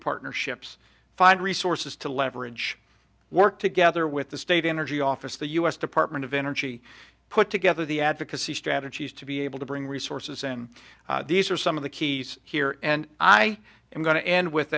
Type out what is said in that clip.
partnerships find resources to leverage work together with the state energy office the u s department of energy put together the advocacy strategies to be able to bring resources and these are some of the keys here and i am going to end with